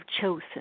chosen